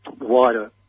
wider